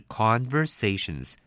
conversations